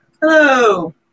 Hello